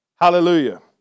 Hallelujah